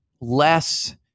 less